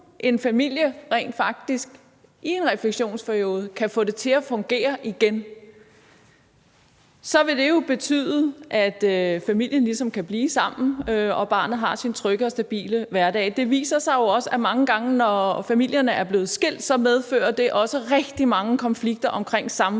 en familie rent faktisk i en refleksionsperiode kan få det til at fungere igen, vil det jo betyde, at familien ligesom kan blive sammen og barnet vil have sin trygge og stabile hverdag. Det viser sig jo også, at mange gange, når familierne er blevet skilt, medfører det rigtig mange konflikter omkring samvær,